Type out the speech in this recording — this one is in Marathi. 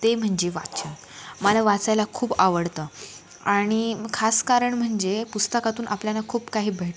ते म्हणजे वाचन मला वाचायला खूप आवडतं आणि खास कारण म्हणजे पुस्तकातून आपल्याला खूप काही भेटतं